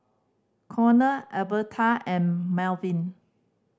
Conor Albertha and Melvin